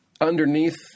underneath